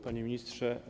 Panie Ministrze!